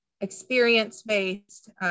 experience-based